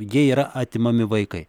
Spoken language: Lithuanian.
jei yra atimami vaikai